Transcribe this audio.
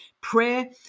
prayer